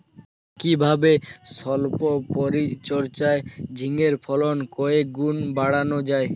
কিভাবে সল্প পরিচর্যায় ঝিঙ্গের ফলন কয়েক গুণ বাড়ানো যায়?